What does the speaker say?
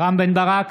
רם בן ברק,